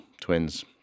twins